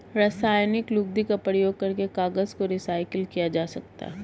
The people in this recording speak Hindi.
रासायनिक लुगदी का प्रयोग करके कागज को रीसाइकल किया जा सकता है